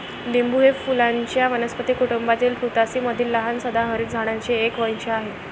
लिंबू हे फुलांच्या वनस्पती कुटुंबातील रुतासी मधील लहान सदाहरित झाडांचे एक वंश आहे